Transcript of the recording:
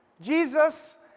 Jesus